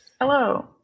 Hello